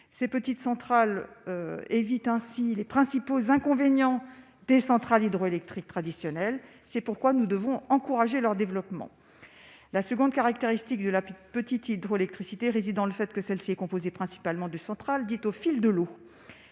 ces petites centrales évitent ainsi les principaux inconvénients des centrales hydroélectriques traditionnelles, c'est pourquoi nous devons encourager leur développement, la seconde caractéristique de la petite hydroélectricité réside dans le fait que celle-ci est composée principalement de centrales dites au fil de l'eau